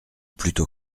plutôt